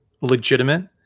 legitimate